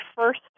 first